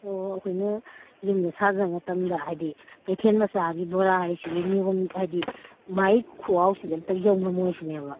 ꯑꯣ ꯑꯩꯈꯣꯏꯅ ꯌꯨꯝꯗ ꯁꯥꯖꯕ ꯃꯇꯝꯗ ꯍꯥꯏꯕꯗꯤ ꯀꯩꯊꯦꯜ ꯃꯆꯥꯒꯤ ꯕꯣꯔꯥ ꯍꯥꯏꯁꯤꯒꯤ ꯅꯤꯌꯣꯝ ꯍꯥꯏꯗꯤ ꯃꯥꯒꯤ ꯈꯨꯍꯥꯎꯁꯤꯗꯤ ꯑꯝꯇ ꯌꯧ ꯉꯝꯃꯣꯏꯁꯤꯅꯦꯕ